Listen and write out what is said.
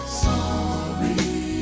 sorry